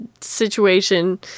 situation